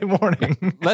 morning